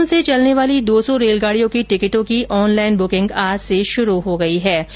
एक जून से चलने वाली दो सौ रेलगाडियों की टिकटों की ऑनलाईन बुकिंग आज से शुरू हो गई हैं